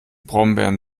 brombeeren